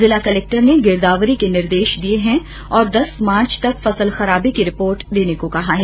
जिला कलक्टर ने गिरदावरी के निर्देश दे दिये है और दस मार्च तक फसल खराबे की रिपोर्ट देने को कहा है